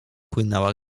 płynęła